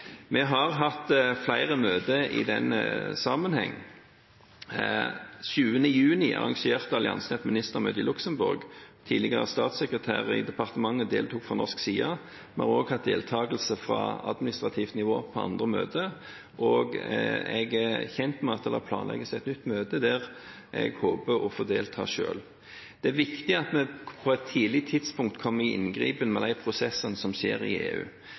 Vi har hatt flere møter i denne sammenhengen. Den 7. juni arrangerte alliansen et ministermøte i Luxembourg. Tidligere statssekretær i departementet deltok fra norsk side. Vi har også hatt deltakelse fra administrativt nivå på andre møter, og jeg er kjent med at det planlegges et nytt møte der jeg håper å få delta selv. Det er viktig at vi på et tidlig tidspunkt kommer i inngrep med de prosessene som skjer i EU.